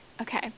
Okay